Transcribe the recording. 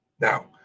now